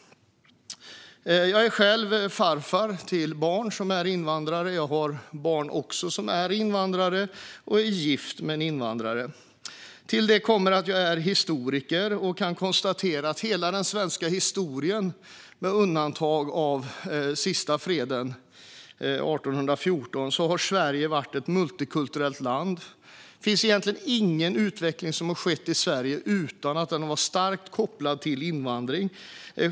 Jag är själv farfar till barn som är invandrare, jag har barn som är invandrare och jag är gift med en invandrare. Till detta kommer att jag är historiker, och jag kan konstatera att under hela den svenska historien, med undantag av den sista freden 1814, har Sverige varit ett multikulturellt land. Det finns egentligen ingen utveckling som har skett i Sverige utan att den har varit starkt kopplad till invandring.